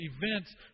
events